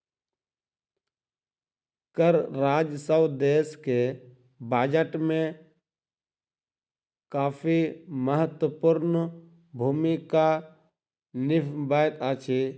कर राजस्व देश के बजट में काफी महत्वपूर्ण भूमिका निभबैत अछि